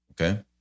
Okay